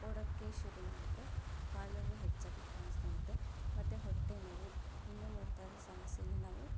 ಓಡೋಕ್ಕೆ ಶುರು ಮಾಡಿದರೆ ಕಾಲುನೋವು ಹೆಚ್ಚಾಗಿ ಕಾಣಿಸ್ಕೊಳ್ಳುತ್ತೆ ಮತ್ತೆ ಹೊಟ್ಟೆ ನೋವು ಇನ್ನೂ ಮುಂತಾದ ಸಮಸ್ಯೆನ ನಾವು